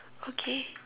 okay